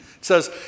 says